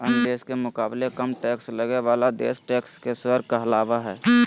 अन्य देश के मुकाबले कम टैक्स लगे बाला देश टैक्स के स्वर्ग कहलावा हई